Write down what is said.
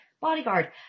bodyguard